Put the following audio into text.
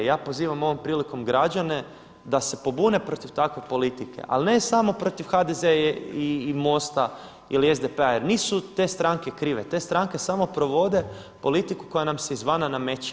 Ja pozivam ovom prilikom građane da se pobune protiv takve politike, ali ne samo protiv HDZ-a i MOST-a ili SDP-a jer nisu te stranke krive, te stranke samo provode politiku koja nam se izvana nameće.